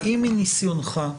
האם מניסיונך,